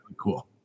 cool